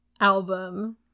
album